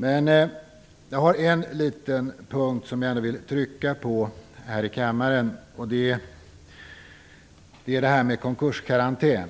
Men jag har en liten punkt som jag vill trycka på här i kammaren. Det gäller konkurskarantän.